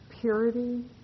purity